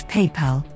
PayPal